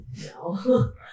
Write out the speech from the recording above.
no